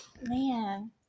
man